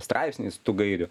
straipsniais tų gairių